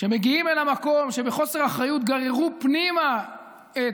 שמגיעים אל המקום, שבחוסר האחריות גררו פנימה את